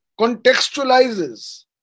contextualizes